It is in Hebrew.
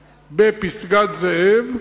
בפסגת-זאב,